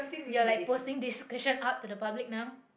you are like posting description up to the public now